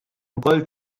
wkoll